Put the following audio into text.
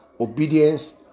obedience